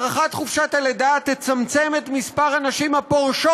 הארכת חופשת הלידה תצמצם את מספר הנשים הפורשות